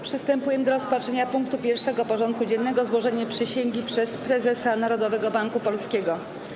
Przystępujemy do rozpatrzenia punktu 1. porządku dziennego: Złożenie przysięgi przez Prezesa Narodowego Banku Polskiego.